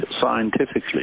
scientifically